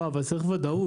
לא, אבל צריך ודאות.